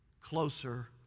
closer